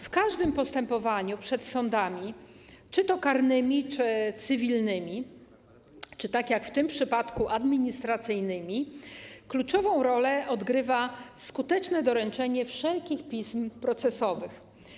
W każdym postępowaniu przed sądami, czy to karnym, czy to cywilnym, czy tak jak w tym przypadku - administracyjnym, kluczową rolę odgrywa skuteczne doręczenie wszelkich pism procesowych.